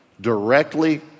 Directly